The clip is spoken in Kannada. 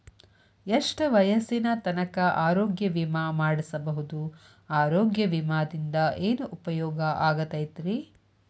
ಎಷ್ಟ ವಯಸ್ಸಿನ ತನಕ ಆರೋಗ್ಯ ವಿಮಾ ಮಾಡಸಬಹುದು ಆರೋಗ್ಯ ವಿಮಾದಿಂದ ಏನು ಉಪಯೋಗ ಆಗತೈತ್ರಿ?